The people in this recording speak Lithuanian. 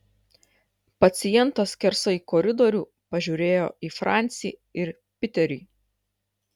pacientas skersai koridorių pažiūrėjo į francį ir piterį